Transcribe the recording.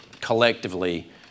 collectively